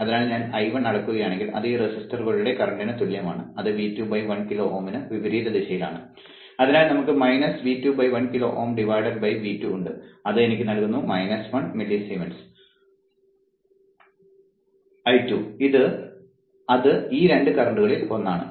അതിനാൽ ഞാൻ I1 അളക്കുകയാണെങ്കിൽ അത് ഈ റെസിസ്റ്ററുകളിലെ കറന്റിന് തുല്യമാണ് അത് V2 1 കിലോ Ω ന് വിപരീത ദിശയിലാണ് അതിനാൽ നമുക്ക് V2 1 കിലോ Ω V2 അത് എനിക്ക് നൽകുന്നു 1 മില്ലിസിമെൻസ് I2 അത് ഈ 2 കറന്റ്കളിൽ ഒന്നാണ്